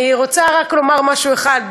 אני רוצה רק לומר משהו אחד,